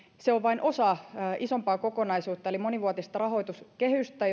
se on vain osa isompaa kokonaisuutta eli monivuotista rahoituskehystä